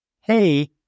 hey